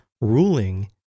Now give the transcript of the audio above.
ruling